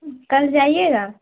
کل جائیے گا